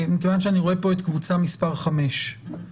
מכיוון שאני רואה פה את קבוצה מס' 5 שבהגדרה,